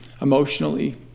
emotionally